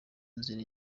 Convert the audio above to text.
nzira